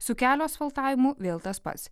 su kelio asfaltavimu vėl tas pats